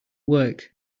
work